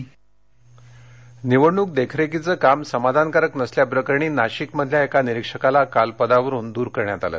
निवडणकआयोग निवडणूक देखरेखीचं काम समाधानकारक नसल्याप्रकरणी नाशिकमधल्या एका निरीक्षकाला काल पदावरुन दूर करण्यात आलं